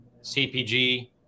CPG